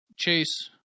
Chase